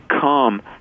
come